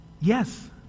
yes